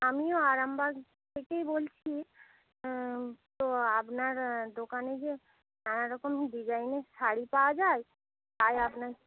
আমিও আরামবাগ থেকেই বলছি তো আপনার দোকানে যে নানা রকম ডিজাইনের শাড়ি পাওয়া যায় আর আপনার